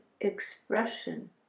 expression